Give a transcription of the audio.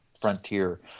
frontier